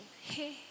hey